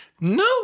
no